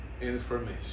information